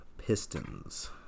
pistons